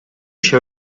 się